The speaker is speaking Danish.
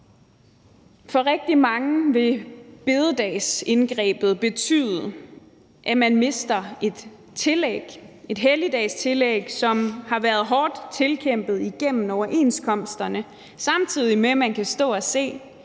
For rigtig mange vil store bededagsindgrebet betyde, at de mister et tillæg, et helligdagstillæg, som er hårdt tilkæmpet igennem overenskomsterne, samtidig med at man kan stå og se